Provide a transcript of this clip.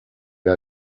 wer